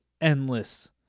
endless